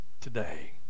Today